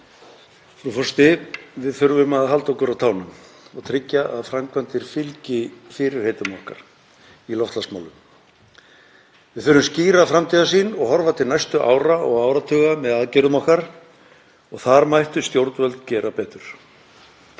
forseti. Við þurfum að halda okkur á tánum og tryggja að framkvæmdir fylgi fyrirheitum okkar í loftslagsmálum. Við þurfum skýra framtíðarsýn og við þurfum að horfa til næstu ára og áratuga með aðgerðum okkar. Þar mættu stjórnvöld gera betur.